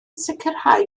sicrhau